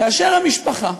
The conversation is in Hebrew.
כאשר המשפחה,